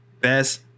best